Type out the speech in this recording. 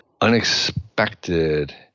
unexpected